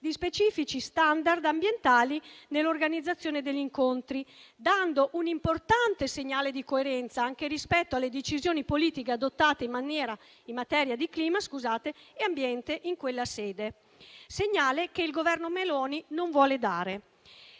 di specifici *standard* ambientali nell'organizzazione degli incontri, dando un importante segnale di coerenza anche rispetto alle decisioni politiche adottate in materia di clima e ambiente in quella sede. È un segnale che il Governo Meloni non vuole dare.